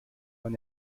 man